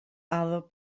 other